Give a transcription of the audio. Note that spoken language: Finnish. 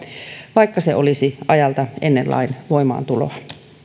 vaikka se olisi ajalta ennen lain voimaantuloa